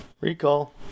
Recall